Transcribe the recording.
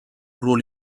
ruolo